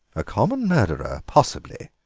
a common murderer, possibly,